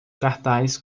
cartaz